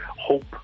hope